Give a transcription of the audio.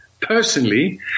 personally